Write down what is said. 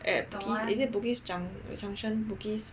at is it Bugis junction junction Bugis